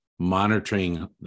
monitoring